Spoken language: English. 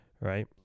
right